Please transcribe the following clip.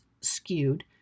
skewed